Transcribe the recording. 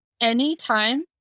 Anytime